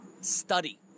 Study